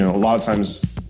ah lot of times,